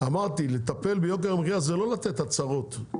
אמרתי שלטפל ביוקר המחיה זה לא לתת הצהרות,